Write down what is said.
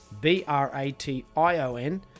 B-R-A-T-I-O-N